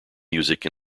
music